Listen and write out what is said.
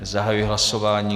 Zahajuji hlasování.